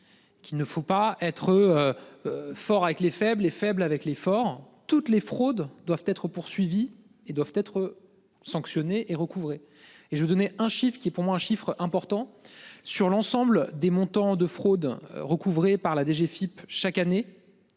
Qu'il ne faut pas être. Fort avec les faibles et faible avec les forts toutes les fraudes doivent être poursuivis et doivent être sanctionnés et recouvrer et je vous donner un chiffre qui est pour moi un chiffre important sur l'ensemble des montants de fraude recouvrée par la DGFIP chaque année.